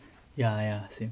ya ya same